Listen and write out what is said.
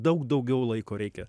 daug daugiau laiko reikia